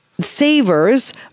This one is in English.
savers